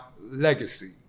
legacy